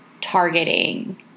targeting